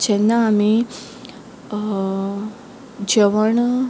जेन्ना आमी जेवण